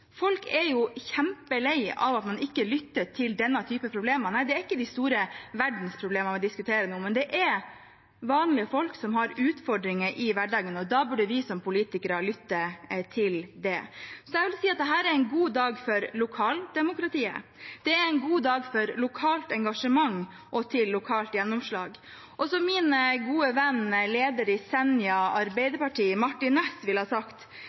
kjempelei av at man ikke lytter til denne typen problemer. Nei, det er ikke de store verdensproblemene vi diskuterer nå, men det er vanlige folk som har utfordringer i hverdagen, og da burde vi som politikere lytte til dem. Jeg vil si at dette er en god dag for lokaldemokratiet. Det er en god dag for lokalt engasjement og for lokalt gjennomslag. Som min gode venn og leder i Senja Arbeiderparti, Martin Ness, ville ha sagt: